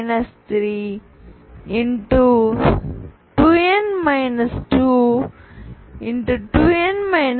2nn 1